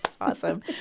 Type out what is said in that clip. awesome